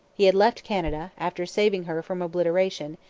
he had left canada, after saving her from obliteration,